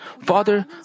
Father